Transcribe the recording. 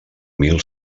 mil